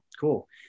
cool